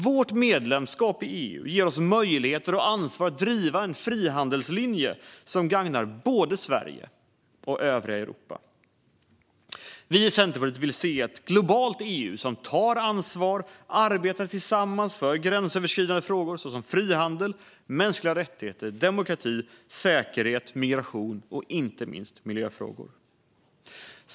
Vårt medlemskap i EU ger oss möjligheter och ansvar att driva en frihandelslinje som gagnar både Sverige och övriga Europa. Vi i Centerpartiet vill se ett globalt EU som tar ansvar och arbetar tillsammans för gränsöverskridande frågor såsom frihandel, mänskliga rättigheter, demokrati, säkerhet, migration och inte minst miljöfrågor.